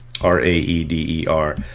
r-a-e-d-e-r